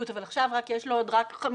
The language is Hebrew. מהשני.